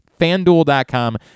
fanduel.com